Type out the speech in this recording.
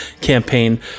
campaign